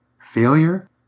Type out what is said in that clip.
Failure